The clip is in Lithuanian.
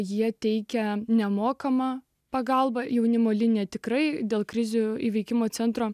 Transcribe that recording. jie teikia nemokamą pagalbą jaunimo linija tikrai dėl krizių įveikimo centro